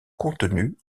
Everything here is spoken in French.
contenu